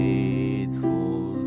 Faithful